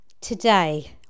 today